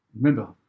Remember